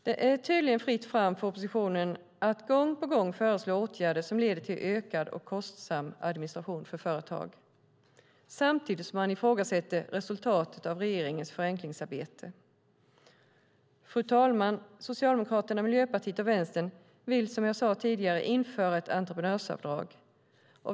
Det är tydligen fritt fram för oppositionen att gång på gång föreslå åtgärder som leder till ökad och kostsam administration för företag samtidigt som man ifrågasätter resultatet av regeringens förenklingsarbete. Fru talman! Socialdemokraterna, Miljöpartiet och Vänsterpartiet vill, som sagt, införa ett entreprenörsavdrag.